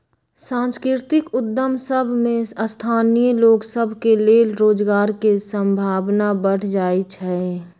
सांस्कृतिक उद्यम सभ में स्थानीय लोग सभ के लेल रोजगार के संभावना बढ़ जाइ छइ